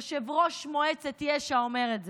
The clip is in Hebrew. יושב-ראש מועצת יש"ע אומר את זה.